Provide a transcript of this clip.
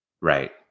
Right